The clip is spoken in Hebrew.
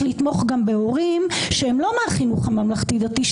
לתמוך גם בהורים שהם לא מהחינוך הממלכתי-דתי,